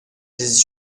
his